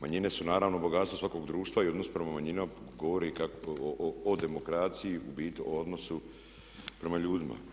Manjine su naravno bogatstvo svakog društva i odnos prema manjinama govori o demokraciji, u biti o odnosu prema ljudima.